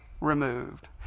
removed